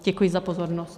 Děkuji za pozornost.